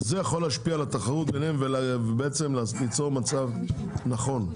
וזה יכול להשפיע על התחרות ביניהם ובעצם ליצור מצב נכון.